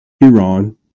Iran